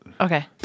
Okay